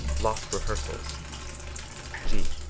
lost rehearsals g.